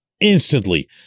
instantly